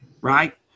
right